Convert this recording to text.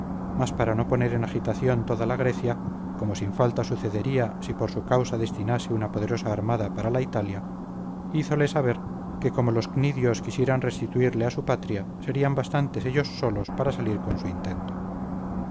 mas para no poner en agitación toda la grecia como sin falta sucedería si por su causa destinase una poderosa armada para la italia hízole saber que como los cnidios quisieran restituirle a su patria serían bastantes ellos solos para salir con su intento